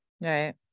Right